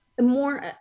more